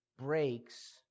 breaks